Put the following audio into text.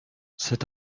c’est